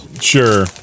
Sure